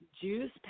juice